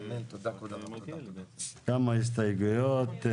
כמה הסתייגויות.